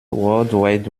world